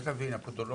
צריך להבין הפדולוגים